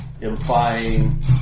implying